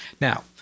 Now